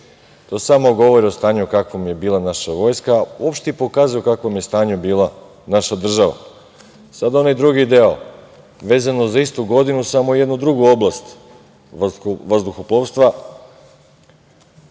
To samo govori o stanju u kakvom je bila naša vojska i pokazuje u kakvom je stanju bila naša država. Sad onaj drugi deo vezano za istu godinu, ali samo za jednu drugu oblast vazduhoplovstva.